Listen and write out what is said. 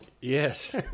Yes